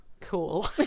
cool